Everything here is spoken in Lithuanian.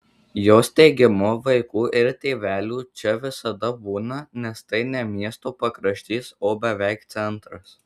jos teigimu vaikų ir tėvelių čia visada būna nes tai ne miesto pakraštys o beveik centras